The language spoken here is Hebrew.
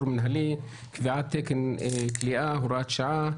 מינהלי) (קביעת תקן כליאה) (הוראת שעה),